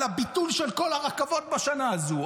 על הביטול של כל הרכבות בשנה הזו,